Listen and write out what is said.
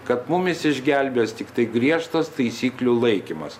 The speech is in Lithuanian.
kad mumis išgelbės tiktai griežtas taisyklių laikymas